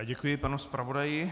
Děkuji panu zpravodaji.